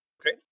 Okay